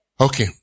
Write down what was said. Okay